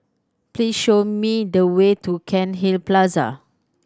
please show me the way to Cairnhill Plaza